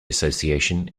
association